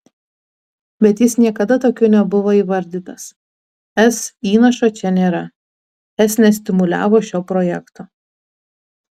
bet jis niekada tokiu nebuvo įvardytas es įnašo čia nėra es nestimuliavo šio projekto